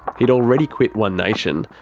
he'd already quit one nation,